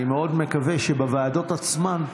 אני מאוד מקווה שבוועדות עצמן,